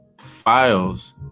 files